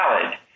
valid